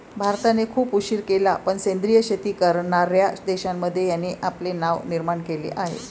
भारताने खूप उशीर केला पण सेंद्रिय शेती करणार्या देशांमध्ये याने आपले नाव निर्माण केले आहे